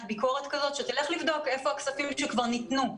ביקורת כזאת שתלך לבדוק היכן הכספים שכבר ניתנו.